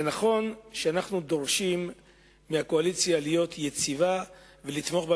נכון שאנו דורשים מהקואליציה להיות יציבה ולתמוך בממשלה,